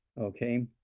Okay